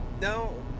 no